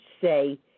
say